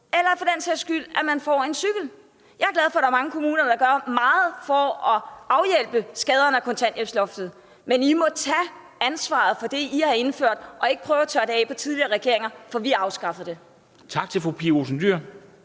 kan for den sags skyld også være det, at man får en cykel. Jeg er glad for, at der er mange kommuner, der gør meget for at afhjælpe skaderne af kontanthjælpsloftet, men I må tage ansvaret for det, I har indført, og ikke prøve at tørre det af på tidligere regeringer, for vi afskaffede det.